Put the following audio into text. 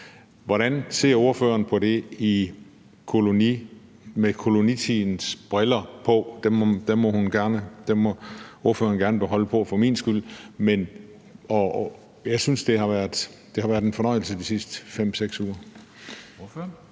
Hvordan ser ordføreren på det med kolonitidens briller på? Dem må ordføreren gerne beholde på for min skyld. Jeg synes, det har været en fornøjelse de sidste 5-6 uger.